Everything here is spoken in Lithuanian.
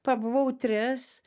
pabuvau tris